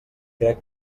crec